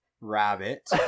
rabbit